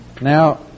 Now